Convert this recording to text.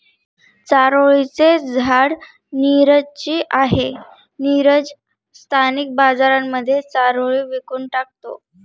चारोळी चे झाड नीरज ची आहे, नीरज स्थानिक बाजारांमध्ये चारोळी विकून टाकतो